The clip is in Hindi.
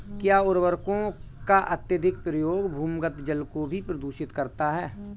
क्या उर्वरकों का अत्यधिक प्रयोग भूमिगत जल को भी प्रदूषित करता है?